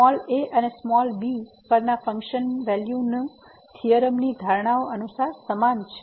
a અને b પરના function value થીયોરમની ધારણાઓ અનુસાર સમાન છે